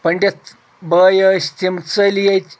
پنٛڈِت بھٲے ٲسۍ تِم ژٔلۍ ییٚتہِ